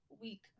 week